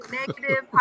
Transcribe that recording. negative